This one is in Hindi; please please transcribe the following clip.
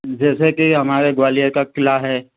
जैसे कि हमारे ग्वालियर का किला है